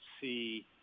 see